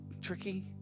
tricky